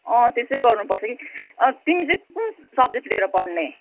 अँ त्यस्तै गर्नुपर्छ कि तिमी चाहिँ कुन सब्जेक्ट लिएर पढ्ने